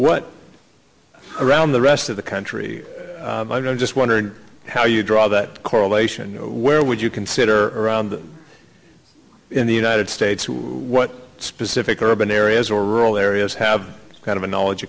what around the rest of the country i don't just wondered how you draw that correlation where would you consider around in the united states what specific urban areas or rural areas have kind of a knowledge